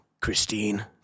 Christine